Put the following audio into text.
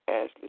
Ashley